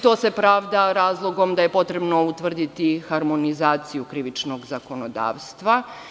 To se pravda razlogom da je potrebno utvrditi harmonizaciju krivičnog zakonodavstva.